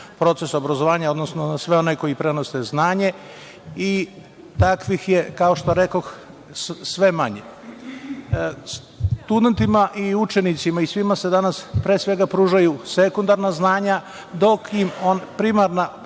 proces obrazovanja, odnosno sve one koji prenose znanje i takvih je, kao što rekoh, sve manje. Studentima i učenicima i svima se danas pružaju sekundarna znanja, dok im primarna znanja